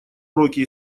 уроки